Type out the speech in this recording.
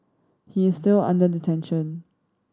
he is still under detention